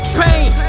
pain